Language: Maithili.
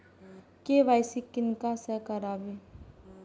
के.वाई.सी किनका से कराबी?